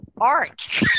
art